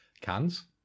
cans